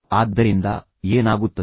ಆದ್ದರಿಂದ ಏನಾಗುತ್ತದೆ